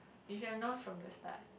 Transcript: you should have known from the start